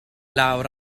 lawr